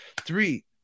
three